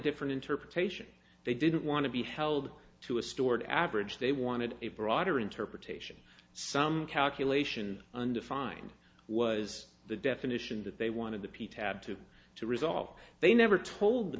different interpretation they didn't want to be held to a stored average they wanted a broader interpretation some calculation undefined was the definition that they wanted the p tab to to resolve they never told the